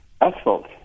asphalt